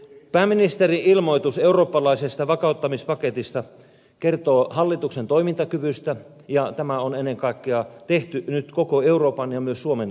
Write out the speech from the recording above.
pääministerin ilmoitus eurooppalaisesta vakauttamispaketista kertoo hallituksen toimintakyvystä ja tämä on ennen kaikkea tehty nyt koko euroopan ja myös suomen tarpeisiin